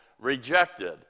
rejected